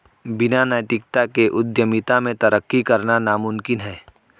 बिना नैतिकता के उद्यमिता में तरक्की करना नामुमकिन है